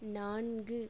நான்கு